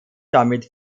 damit